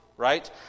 right